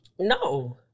No